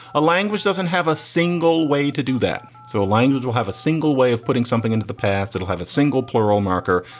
a language doesn't have a single way to do that. so a language will have a single way of putting something into the past. it'll have a single plural marker.